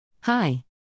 Hi